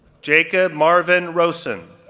jacob marvin rosen,